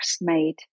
made